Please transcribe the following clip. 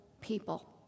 people